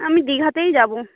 আমি দীঘাতেই যাব